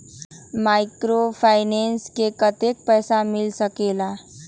Microfinance से कतेक पैसा मिल सकले ला?